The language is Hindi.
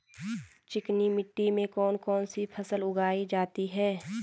चिकनी मिट्टी में कौन कौन सी फसल उगाई जाती है?